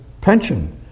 pension